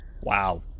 wow